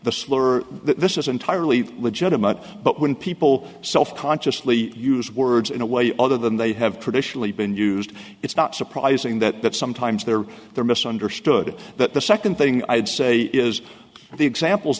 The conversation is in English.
slur this is entirely legitimate but when people self consciously use words in a way other than they have traditionally been used it's not surprising that that sometimes they're there misunderstood that the second thing i'd say is the examples